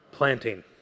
planting